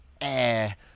air